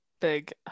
big